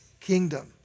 kingdom